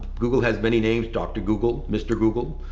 google has many names, dr. google, mr. google,